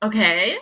Okay